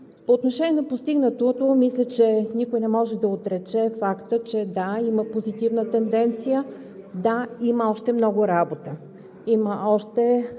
По отношение на постигнатото мисля, че никой не може да отрече факта, че да, има позитивна тенденция, да, има още много работа, има още